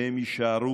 והם יישארו,